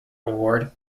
award